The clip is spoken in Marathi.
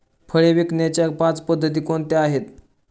फळे विकण्याच्या पाच पद्धती कोणत्या आहेत?